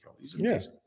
Yes